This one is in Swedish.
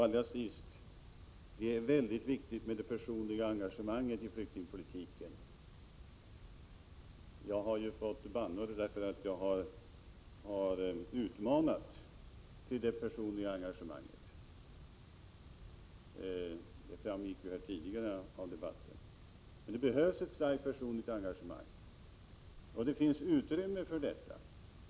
Allra sist: Det är mycket viktigt med ett personligt engagemang i flyktingfrågor. Jag har fått bannor för att jag har utmanat till personligt engagemang, som framgick tidigare i debatten. Det behövs ett starkt personligt engagemang, och det finns utrymme för ett sådant.